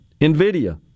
NVIDIA